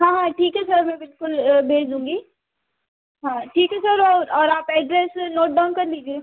हाँ हाँ ठीक है सर मैं बिल्कुल भेज दूँगी हाँ ठीक है सर और और आप एड्रेस नोट डाउन कर लीजिए